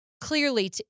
clearly